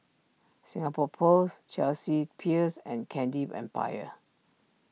Singapore Post Chelsea Peers and Candy Empire